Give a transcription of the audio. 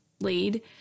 lead